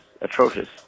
atrocious